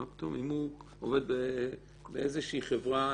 אם הוא עובד באיזושהי חברה,